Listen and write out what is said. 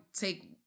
take